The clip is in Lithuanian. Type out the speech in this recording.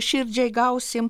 širdžiai gausim